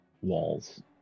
walls